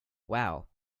wow